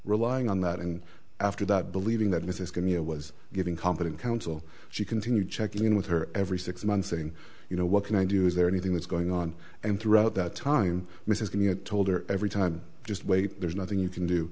relying on that and after that believing that mrs commute was giving competent counsel she continued checking in with her every six months saying you know what can i do is there anything that's going on and throughout that time miss is going to get told or every time just wait there's nothing you can do